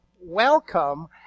welcome